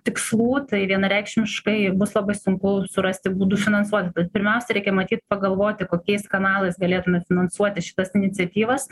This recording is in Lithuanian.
tikslų tai vienareikšmiškai bus labai sunku surasti būdų finansuot tad pirmiausia reikia matyt pagalvoti kokiais kanalais galėtume finansuoti šitas iniciatyvas